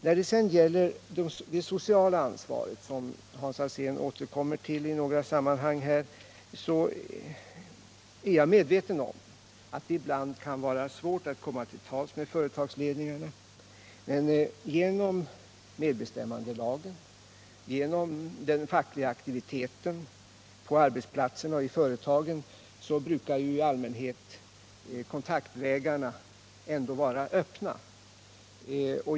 När det sedan gäller det sociala ansvaret, som Hans Alsén återkom till i några sammanhang, är jag medveten om att det ibland kan vara svårt att komma till tals med företagsledningarna. Men genom med bestämmandelagen och den fackliga aktiviteten på arbetsplatserna och i företagen brukar i allmänhet kontaktvägarna ändå vara öppna.